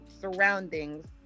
surroundings